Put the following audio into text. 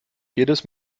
jedes